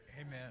Amen